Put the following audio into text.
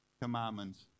commandments